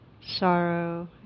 sorrow